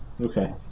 Okay